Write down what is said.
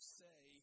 say